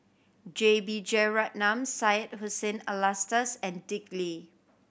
J B Jeyaretnam Syed Hussein Alatas and Dick Lee